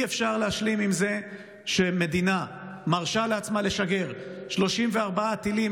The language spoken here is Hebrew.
אי-אפשר להשלים עם זה שמדינה מרשה לעצמה לשגר 34 טילים,